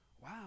wow